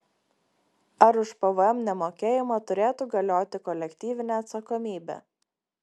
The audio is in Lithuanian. ar už pvm nemokėjimą turėtų galioti kolektyvinė atsakomybė